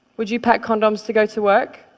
would you pack condoms to go to work?